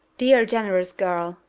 dear, generous girl,